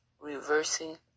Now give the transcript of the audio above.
reversing